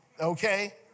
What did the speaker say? Okay